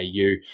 au